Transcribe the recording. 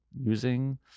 using